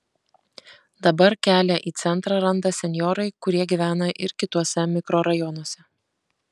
dabar kelią į centrą randa senjorai kurie gyvena ir kituose mikrorajonuose